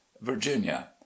Virginia